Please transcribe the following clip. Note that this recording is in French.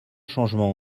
changements